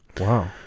Wow